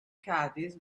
caddies